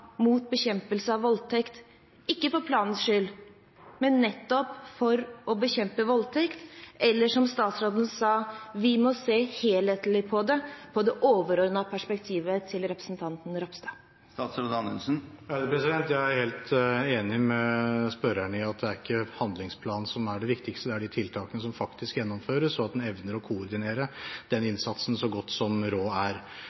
mot bekjempelse av voldtekt – ikke for planens skyld, men nettopp for å bekjempe voldtekt? Eller som statsråden sa til representanten Ropstad: Vi må se helhetlig på det, på det overordnede perspektivet. Jeg er helt enig med spørreren i at det ikke er en handlingsplan som er det viktigste, det er de tiltakene som faktisk gjennomføres, og at man evner å koordinere den innsatsen så godt som råd er.